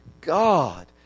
God